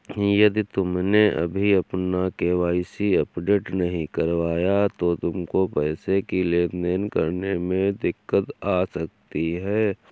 यदि तुमने अभी अपना के.वाई.सी अपडेट नहीं करवाया तो तुमको पैसों की लेन देन करने में दिक्कत आ सकती है